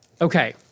Okay